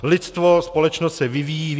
Lidstvo i společnost se vyvíjí.